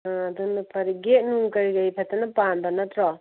ꯑ ꯑꯗꯨꯅ ꯐꯔꯦ ꯒꯦꯠ ꯅꯨꯡ ꯀꯔꯤ ꯀꯔꯤ ꯐꯖꯅ ꯄꯥꯟꯕ ꯅꯠꯇ꯭ꯔꯣ